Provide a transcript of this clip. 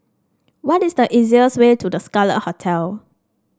what is the easiest way to The Scarlet Hotel